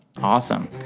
Awesome